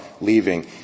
leaving